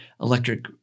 electric